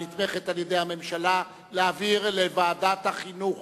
הנתמכת על-ידי הממשלה, להעביר לוועדת החינוך.